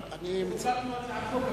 חוקקנו הצעת חוק אפילו.